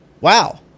wow